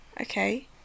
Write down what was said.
Okay